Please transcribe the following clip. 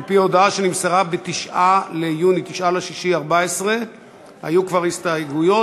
על-פי הודעה שנמסרה ב-9 ביוני 2014. היו כבר הסתייגויות,